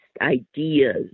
ideas